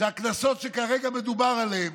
שהקנסות שכרגע מדובר עליהם,